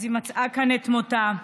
אז היא מצאה כאן את מותה.